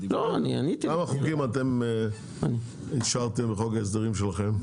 כמה חוקים אתם אישרתם בחוק ההסדרים שלכם?